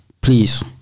please